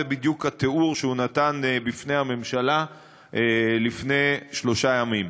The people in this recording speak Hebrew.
זה בדיוק התיאור שהוא נתן בפני הממשלה לפני שלושה ימים.